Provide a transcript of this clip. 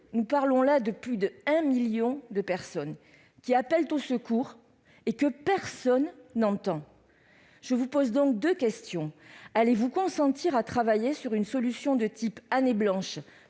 nous parlons là de plus d'un million de personnes, qui appellent au secours et que personne n'entend. Je vous pose donc deux questions. Allez-vous consentir à travailler sur une solution de type « année blanche